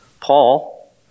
Paul